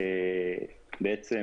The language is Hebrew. בעצם